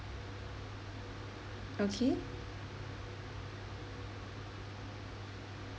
okay